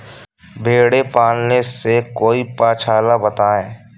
भेड़े पालने से कोई पक्षाला बताएं?